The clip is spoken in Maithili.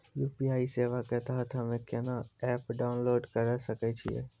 यु.पी.आई सेवा के तहत हम्मे केना एप्प डाउनलोड करे सकय छियै?